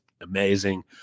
amazing